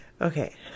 Okay